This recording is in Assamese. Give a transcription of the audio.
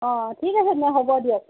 অ' ঠিক আছে তেন্তে হ'ব দিয়ক